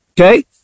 okay